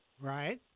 Right